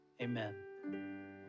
Amen